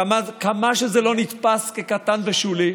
כמה שזה לא נתפס כקטן ושולי,